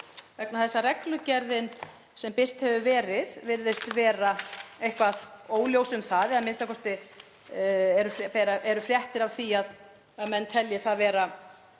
á morgun. Reglugerðin sem birt hefur verið virðist vera eitthvað óljós um það eða a.m.k. eru fréttir af því að menn telji það vera